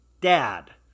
Dad